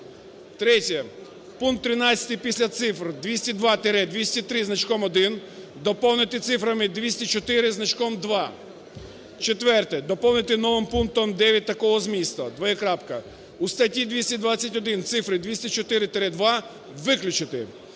Третє. Пункт 13 після цифр 202-203 із значком 1 доповнити цифрами 204 із значком 2. Четверте. Доповнити новим пунктом 9 такого змісту (двокрапка): у статті 221 цифри 204-2 виключити.